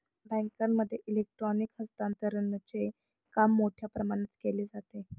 बँकांमध्ये इलेक्ट्रॉनिक हस्तांतरणचे काम मोठ्या प्रमाणात केले जाते